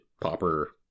popper